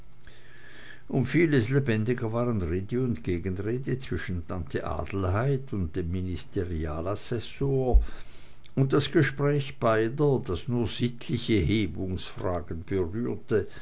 um vieles lebendiger waren rede und gegenrede zwischen tante adelheid und dem ministerialassessor und das gespräch beider das nur sittliche hebungsfragen berührte